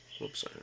whoops